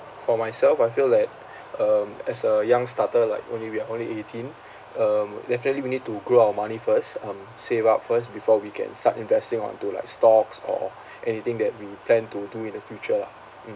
for myself I feel that um as a young starter like only we are only eighteen um definitely we need to grow our money first um save up first before we can start investing onto like stocks or anything that we plan to do in the future lah mm